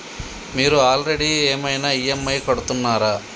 మీరు ఆల్రెడీ ఏమైనా ఈ.ఎమ్.ఐ కడుతున్నారా?